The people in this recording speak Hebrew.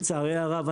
לצערי הרב,